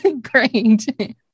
great